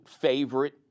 favorite